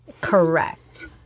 Correct